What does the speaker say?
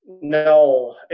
No